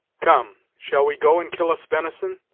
come, shall we go and kill us venison?